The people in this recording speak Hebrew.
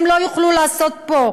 הם לא יוכלו לעשות פה.